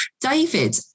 David